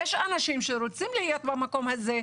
יש אנשים שרוצים להיות במקום הזה,